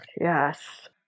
Yes